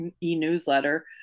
e-newsletter